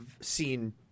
seen